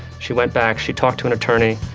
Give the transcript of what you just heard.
she went back, she talked to an attorney,